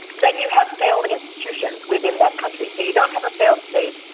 then you have failed institutions within that country. so you don't have a failed state,